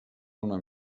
una